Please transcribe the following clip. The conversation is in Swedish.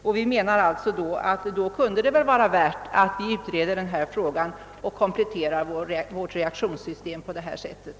Därför menar vi att det kunde vara av värde att utreda denna fråga och komplettera vårt reaktionssystem på det föreslagna sättet.